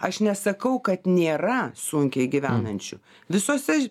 aš nesakau kad nėra sunkiai gyvenančių visose